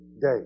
day